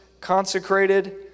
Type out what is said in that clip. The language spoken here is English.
consecrated